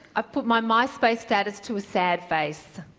i've put my myspace status to a sad face.